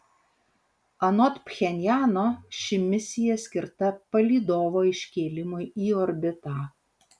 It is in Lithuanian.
anot pchenjano ši misija skirta palydovo iškėlimui į orbitą